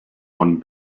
one